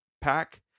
pack